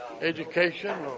education